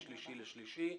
משלישי לשלישי,